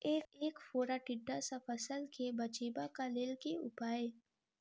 ऐंख फोड़ा टिड्डा सँ फसल केँ बचेबाक लेल केँ उपाय?